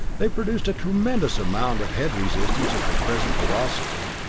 they produced a tremendous amount of head resistance at their present velocity,